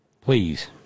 please